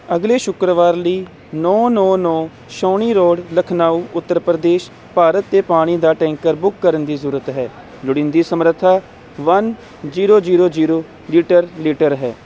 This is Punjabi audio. ਅਗਲੇ ਸ਼ੁੱਕਰਵਾਰ ਲਈ ਨੌਂ ਨੌਂ ਨੌਂ ਛਾਉਣੀ ਰੋਡ ਲਖਨਊ ਉੱਤਰ ਪ੍ਰਦੇਸ਼ ਭਾਰਤ ਦੇ ਪਾਣੀ ਦਾ ਟੈਂਕਰ ਬੁੱਕ ਕਰਨ ਦੀ ਜ਼ਰੂਰਤ ਹੈ ਲੋੜੀਂਦੀ ਸਮਰੱਥਾ one zero zero zero litre litre ਹੈ